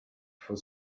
for